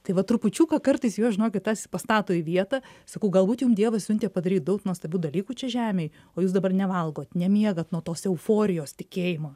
tai va trupučiuką kartais juos žinokit tas pastato į vietą sakau galbūt jum dievas siuntė padaryti daug nuostabių dalykų čia žemėj o jūs dabar nevalgot nemiegat nuo tos euforijos tikėjimo